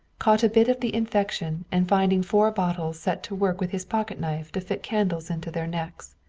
caught a bit of the infection, and finding four bottles set to work with his pocketknife to fit candles into their necks.